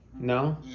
no